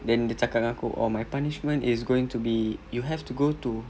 then dia cakap dengan aku oh your punishment is going to be you have to go to